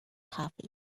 coffee